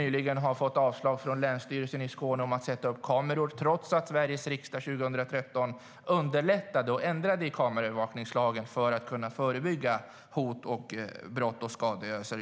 Nyligen hade man fått avslag från Länsstyrelsen i Skåne om att sätta upp kameror, trots att Sveriges riksdag år 2013 ändrade i kameraövervakningslagen för att lättare kunna förebygga hot, brott och skadegörelse.